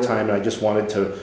time i just wanted to